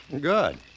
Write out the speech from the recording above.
Good